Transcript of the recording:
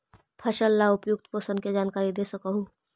फसल ला उपयुक्त पोषण के जानकारी दे सक हु?